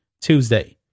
Tuesday